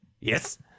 Yes